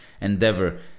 endeavor